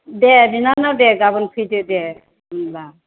दे बिनानाव दे गाबोन फैदो दे होमबा